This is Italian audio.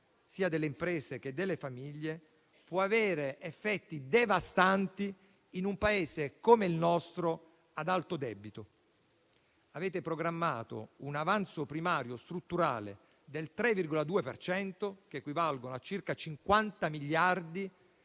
sia per le imprese sia per le famiglie, può avere effetti devastanti in un Paese come il nostro, ad alto debito. Avete programmato un avanzo primario strutturale del 3,2 per cento, che equivale a circa 50 miliardi